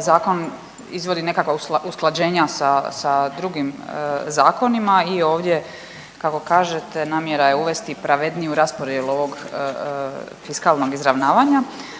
zakon izvodi nekakva usklađenja sa, sa drugim zakonima i ovdje kako kažete namjera je uvesti pravedniju raspodjelu ovog fiskalnog izravnavanja,